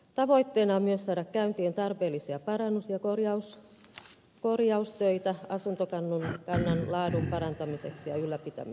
tavoitteena on myös saada käyntiin tarpeellisia parannus ja korjaustöitä asuntokannan laadun parantamiseksi ja ylläpitämiseksi